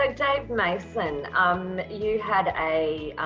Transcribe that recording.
um dave mason um you had a